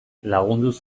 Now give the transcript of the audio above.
lagunduz